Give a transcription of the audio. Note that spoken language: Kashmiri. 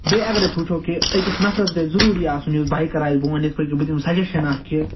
بیٚیہِ اَگر أسۍ وُچھَو کہ أکِس نفرَس گژھِ ضُروٗری آسُن یُس بایکَر آسہِ بہٕ وَنہٕ یِتھ پٲٹھۍ کہ بہٕ دِمہٕ سَجَشَن اَکھ کہ